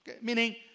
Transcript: Meaning